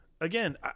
again